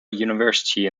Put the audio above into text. university